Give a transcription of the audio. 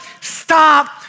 stop